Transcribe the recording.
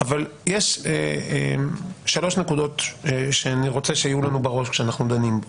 אבל יש 3 נקודות שאני רוצה שיהיו לנו בראש כשאנחנו דנים בו: